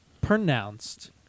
pronounced